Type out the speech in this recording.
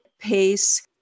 pace